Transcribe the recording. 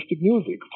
music